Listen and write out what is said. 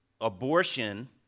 abortion